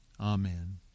Amen